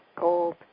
gold